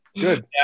good